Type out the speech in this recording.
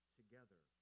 together